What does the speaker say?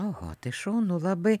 oho tai šaunu labai